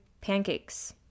pancakes